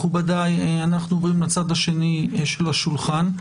מכובדיי, נעבור לצד השני של השולחן.